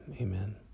amen